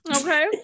Okay